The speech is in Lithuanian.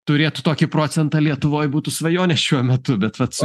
turėtų tokį procentą lietuvoj būtų svajonė šiuo metu bet vat su